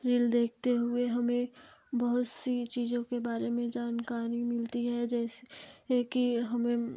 reel देखते हुए हमें बहुत सी चीज़ो के बारे में जानकारी मिलती है जैसे ए कि हमें